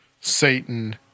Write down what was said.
Satan